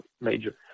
major